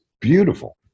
beautiful